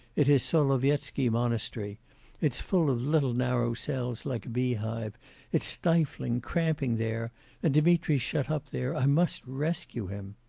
it is solovetsky monastery it's full of little narrow cells like a beehive it's stifling, cramping there and dmitri's shut up there. i must rescue him.